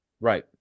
right